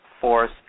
force